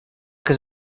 que